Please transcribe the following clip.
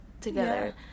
together